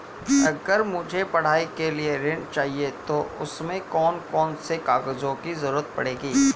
अगर मुझे पढ़ाई के लिए ऋण चाहिए तो उसमें कौन कौन से कागजों की जरूरत पड़ेगी?